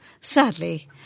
Sadly